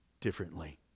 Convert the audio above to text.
differently